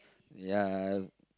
ya